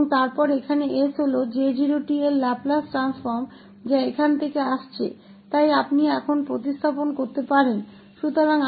और फिर यहाँ 𝑠 J0𝑡 का लाप्लास ट्रांसफॉर्म जो यहाँ से आ रहा है इसलिए आप अभी स्थानापन्न कर सकते हैं